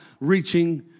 reaching